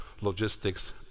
logistics